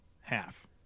half